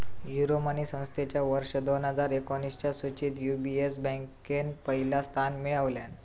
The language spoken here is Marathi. यूरोमनी संस्थेच्या वर्ष दोन हजार एकोणीसच्या सुचीत यू.बी.एस बँकेन पहिला स्थान मिळवल्यान